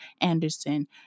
Anderson